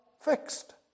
fixed